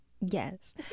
Yes